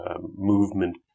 movement